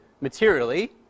materially